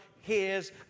hears